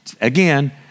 again